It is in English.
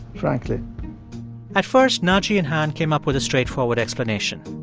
frankly at first, naci and han came up with a straightforward explanation.